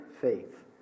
faith